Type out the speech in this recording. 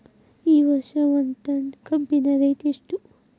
ಈ ವರ್ಷ ಒಂದ್ ಟನ್ ಕಬ್ಬಿನ ರೇಟ್ ಎಷ್ಟು?